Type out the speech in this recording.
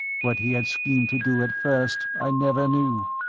what he had schemed to do at first i never knew.